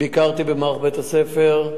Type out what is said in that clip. ביקרתי במערך בית-הספר,